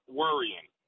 worrying